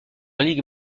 ligue